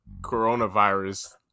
coronavirus